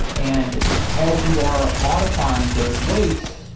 and as you are modifying those weights,